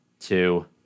two